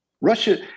Russia